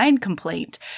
complaint